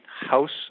House